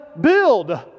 build